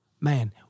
Man